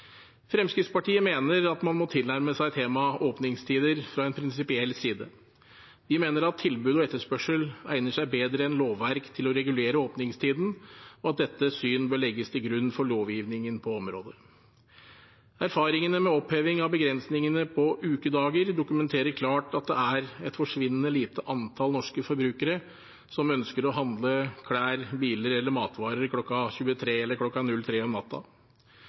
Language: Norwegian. Fremskrittspartiet mener at man må tilnærme seg temaet åpningstider fra en prinsipiell side. Vi mener at tilbud og etterspørsel egner seg bedre enn lovverk til å regulere åpningstiden, og at dette synet bør legges til grunn for lovgivningen på området. Erfaringene med oppheving av begrensningene på ukedager dokumenterer klart at det er et forsvinnende lite antall norske forbrukere som ønsker å handle klær, biler eller matvarer kl. 23 eller kl. 03 om natten. Men noe søndagshandel er det og